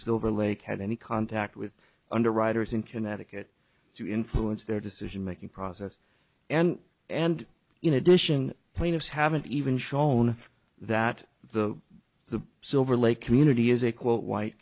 silver lake had any contact with underwriters in connecticut to influence their decision making process and and you know addition plaintiffs haven't even shown that the the silver lake community is a quote white